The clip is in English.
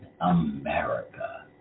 America